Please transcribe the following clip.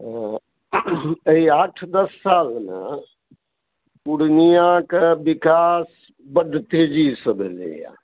अइ आठ दश सालमे पूर्णियाके विकाश बड तेजीसँ भेलैए